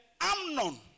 Amnon